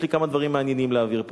יש לי כמה דברים מעניינים להעביר פה.